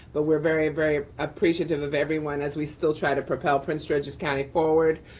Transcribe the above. but we're very, very appreciative of everyone as we still try to propel prince george's county forward.